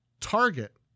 Target